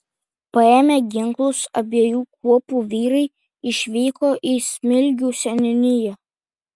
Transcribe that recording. paėmę ginklus abiejų kuopų vyrai išvyko į smilgių seniūniją